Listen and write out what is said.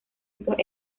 estos